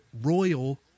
Royal